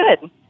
good